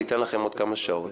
אני אתן לכם עוד כמה שעות".